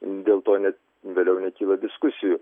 dėl to net vėliau nekyla diskusijų